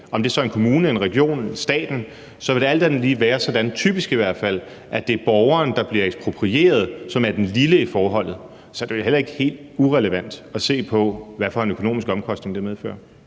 om det så er en kommune, en region eller staten. Det vil alt andet lige typisk være sådan, at det er borgeren, der bliver eksproprieret, som er den lille i forholdet. Så det er jo heller ikke helt irrelevant at se på, hvad for en økonomisk omkostning det medfører.